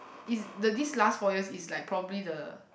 is the this last four years is like probably the